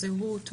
זהות,